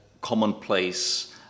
commonplace